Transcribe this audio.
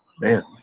man